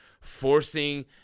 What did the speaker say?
forcing